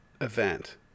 event